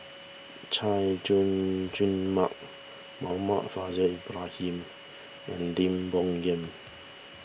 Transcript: Chay Jung Jun Mark Muhammad Faishal Ibrahim and Lim Bo Yam